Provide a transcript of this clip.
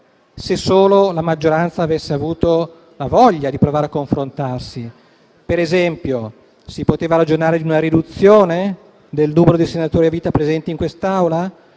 se solo la maggioranza avesse avuto la voglia di provare a confrontarsi. Ad esempio, si poteva ragionare di una riduzione del numero dei senatori a vita presenti in quest'Aula;